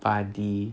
buddy